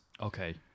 Okay